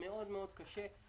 מאוד מאוד קשה.